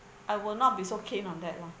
I will not be so keen on that lah